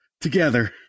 together